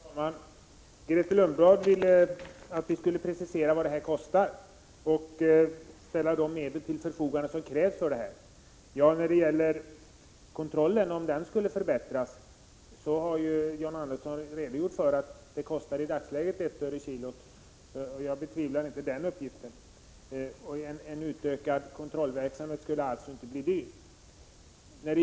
Herr talman! Grethe Lundblad vill att vi skall precisera vad våra förslag kostar och ställa de medel till förfogande som krävs. När det gäller en förbättring av kontrollen har John Andersson redogjort för att den i dagens läge kostar 1 öre per kilogram, och jag betvivlar inte den uppgiften. En utökad kontrollverksamhet skulle alltså inte bli dyr.